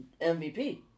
MVP